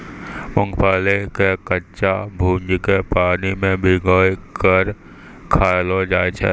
मूंगफली के कच्चा भूजिके पानी मे भिंगाय कय खायलो जाय छै